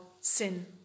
sin